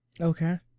Okay